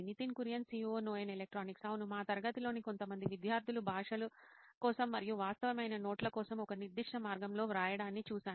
Nitin Kurian COO నోయిన్ electronics అవును మా తరగతిలోని కొంతమంది విద్యార్థులు భాషల కోసం మరియు వాస్తవమైన నోట్ల కోసం ఒక నిర్దిష్ట మార్గంలో వ్రాయడాన్ని చూశాను